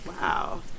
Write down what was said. Wow